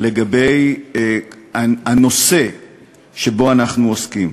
לגבי הנושא שבו אנחנו עוסקים.